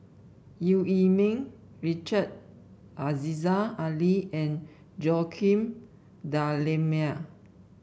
Eu Yee Ming Richard Aziza Ali and Joaquim D'Almeida